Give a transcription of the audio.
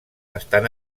estan